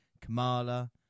Kamala